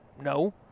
No